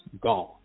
gone